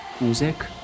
music